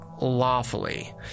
lawfully